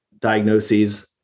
diagnoses